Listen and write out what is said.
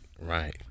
right